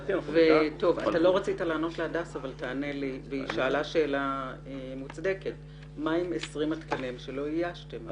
אתה לא רצית לענות להדס אבל תענה לי מה עם 20 התקנים שלא איישתם?